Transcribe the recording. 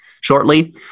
shortly